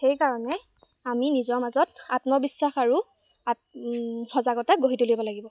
সেইকাৰণে আমি নিজৰ মাজত আত্মবিশ্বাস আৰু আত্ম সজাগতা গঢ়ি তুলিব লাগিব